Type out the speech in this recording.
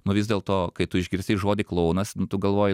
nu vis dėlto kai tu išgirsi žodį klounas nu tu galvoji